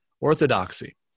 orthodoxy